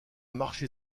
marché